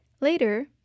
Later